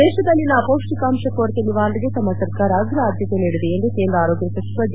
ದೇಶದಲ್ಲಿನ ಅಪೌಷ್ವಿಕಾಂಶ ಕೊರತೆ ನಿವಾರಣೆಗೆ ತಮ್ಮ ಸರ್ಕಾರ ಅಗ್ರ ಆದ್ಯತೆ ನೀಡಿದೆ ಎಂದು ಕೇಂದ್ರ ಆರೋಗ್ಯ ಸಚಿವ ಜೆ